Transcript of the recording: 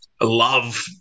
love